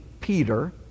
Peter